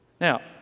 Now